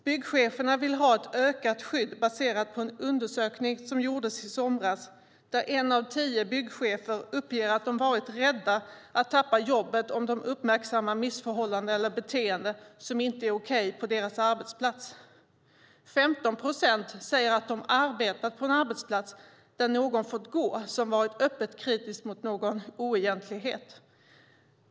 Byggcheferna vill ha ett ökat skydd baserat på en undersökning som gjordes i somras där en av tio byggchefer uppgav att de varit rädda att tappa jobbet om de skulle uppmärksamma missförhållanden eller beteenden som inte är okej på deras arbetsplats. 15 procent sade att de arbetat på en arbetsplats där någon fått gå som varit öppet kritisk mot någon oegentlighet.